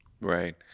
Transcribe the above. Right